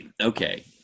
okay